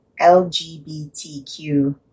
LGBTQ